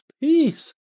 peace